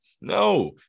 No